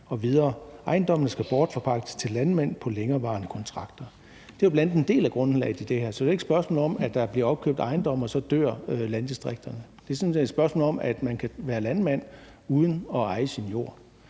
står der, at »Ejendommene skal bortforpagtes til landmænd på længerevarende kontrakter.« Det er jo bl.a. en del af grundlaget i det her, så det er ikke et spørgsmål om, at der bliver opkøbt ejendomme og landdistrikterne så dør. Det er sådan set et spørgsmål om, at man kan være landmand uden at eje sin jord,